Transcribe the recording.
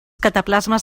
cataplasmes